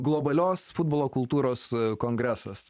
globalios futbolo kultūros kongresas